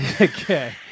okay